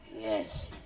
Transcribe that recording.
Yes